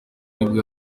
nibwo